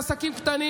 התקפלתם.